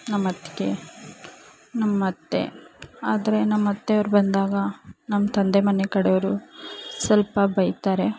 ನಮ್ಮ ಅತ್ತಿಗೆ ನಮ್ಮ ಅತ್ತೆ ಆದರೆ ನಮ್ಮ ಅತ್ತೆಯವ್ರ್ ಬಂದಾಗ ನಮ್ಮ ತಂದೆ ಮನೆ ಕಡೆಯವ್ರು ಸ್ವಲ್ಪ ಬೈತಾರೆ